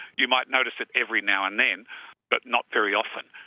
you might notice it every now and then but not very often.